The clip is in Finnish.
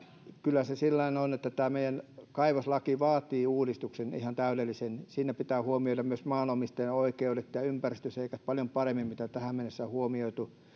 kyllä se sillä tavalla on että tämä meidän kaivoslakimme vaatii uudistuksen ihan täydellisen siinä pitää huomioida myös maanomistajien oikeudet ja ympäristöseikat paljon paremmin kuin tähän mennessä on huomioitu